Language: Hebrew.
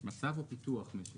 מצב או פיתוח משק הגז?